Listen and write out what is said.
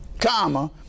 comma